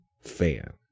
fan